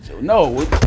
no